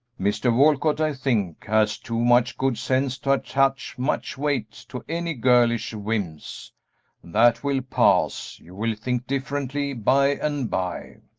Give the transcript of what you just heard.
mr. walcott, i think, has too much good sense to attach much weight to any girlish whims that will pass, you will think differently by and by.